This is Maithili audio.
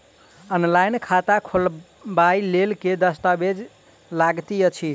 ऑनलाइन खाता खोलबय लेल केँ दस्तावेज लागति अछि?